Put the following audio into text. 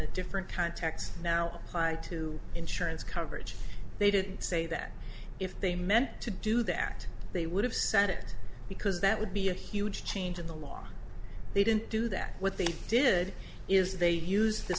a different context now high to insurance coverage they didn't say that if they meant to do that they would have said it because that would be a huge change in the law they didn't do that what they did is they use